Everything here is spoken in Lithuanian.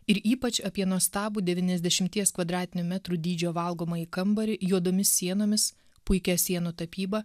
ir ypač apie nuostabų devyniasdešimties kvadratinių metrų dydžio valgomąjį kambarį juodomis sienomis puikia sienų tapyba